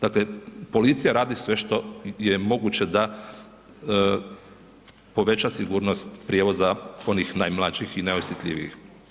Dakle, policija radi sve što je moguće da poveća sigurnost prijevoza onih najmlađih i najosjetljivijih.